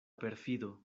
perfido